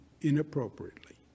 inappropriately